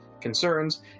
concerns